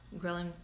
grilling